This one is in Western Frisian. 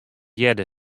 hearde